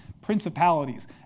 principalities